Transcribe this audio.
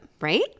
right